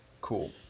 cool